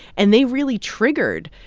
and they really triggered,